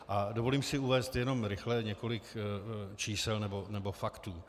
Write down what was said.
A dovolím si uvést jenom rychle několik čísel nebo faktů.